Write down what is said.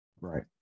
Right